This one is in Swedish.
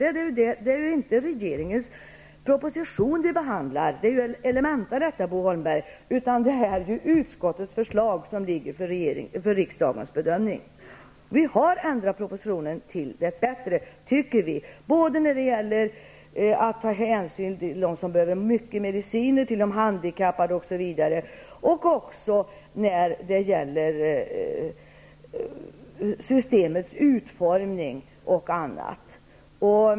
Det är inte regeringens proposition vi nu behandlar. Det är ju elementa, Bo Holmberg. Det är utskottets förslag som föreligger för riksdagens bedömning. Vi har ändrat propositionen till det bättre, tycker vi, både när det gäller att ta hänsyn till dem som behöver mycket medicin, till de handikappade osv., liksom när det gäller systemets utformning och en del annat.